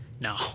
No